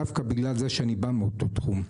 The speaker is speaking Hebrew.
דווקא בגלל זה שאני בא מאותו תחום.